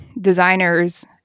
designers